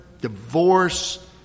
divorce